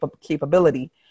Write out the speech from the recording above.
capability